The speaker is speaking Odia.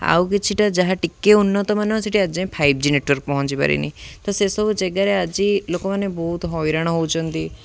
ଆଉ କିଛିଟା ଯାହା ଟିକେ ଉନ୍ନତମାନ ସେଠି ଆଜି ଯାଏଁ ଫାଇବ୍ ଜି ନେଟୱାର୍କ୍ ପହଞ୍ଚି ପାରନି ତ ସେସବୁ ଜେଗାରେ ଆଜି ଲୋକମାନେ ବହୁତ ହଇରାଣ ହେଉଛନ୍ତି